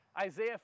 Isaiah